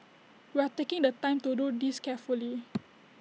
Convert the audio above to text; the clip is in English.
we are taking the time to do this carefully